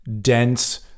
dense